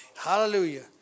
Hallelujah